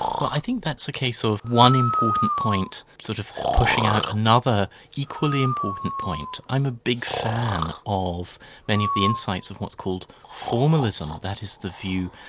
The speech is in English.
well i think that's a case of one important point sort of pushing out another equally important point. i'm a big fan of many of the insights of what's called formalism, that is the view,